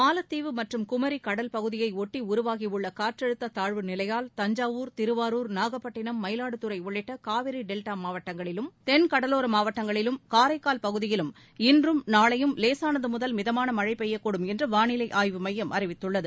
மாலத்தீவு மற்றும் குமி கடல் பகுதியை ஒட்டி நிலவும் வளிமண்டல மேலடுக்கு சுழற்சி காரணமாக தஞ்சாவூர் திருவாருர் நாகப்பட்டினம் மயிலாடுதுறை உள்ளிட்ட காவிரி டெல்டா மாவட்டங்களிலும் தென் கடலோர மாவட்டங்களிலும் காரைக்கால் பகுதியிலும் இன்றும் நாளையும் லேசானது முதல் மிதமான மழை பெய்யக்கூடும் என்று வானிலை ஆய்வுமையம் அறிவித்துள்ளது